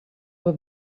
will